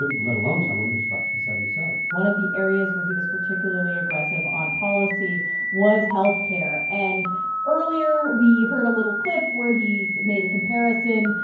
ah let alone someone who's about to be seventy seven point one of the areas where he was particularly aggressive on policy was health care. and earlier, we heard a little clip where he made a comparison.